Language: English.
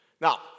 Now